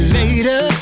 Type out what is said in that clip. later